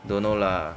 don't know lah